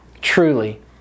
Truly